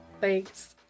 Thanks